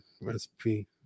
Recipe